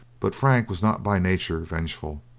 but frank was not by nature vengeful